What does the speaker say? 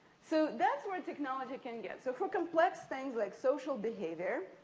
so, that's where technology can get. so, for complex things, like social behavior,